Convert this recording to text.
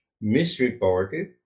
misreported